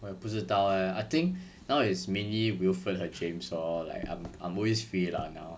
我也不知道 leh I think now is mainly wilfred 和 james lor like I'm I'm always free lah now